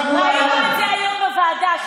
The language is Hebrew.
ראינו את זה היום בוועדה,